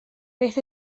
beth